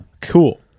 cool